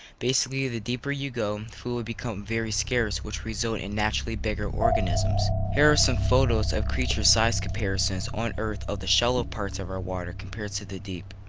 basically the deeper you go, food will become very scarce which results in naturally bigger organisms so photos of creature's size comparison on earth of the shallow parts of our water compared to the deep.